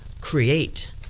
create